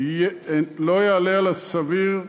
לא יעלו על הסביר,